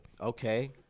Okay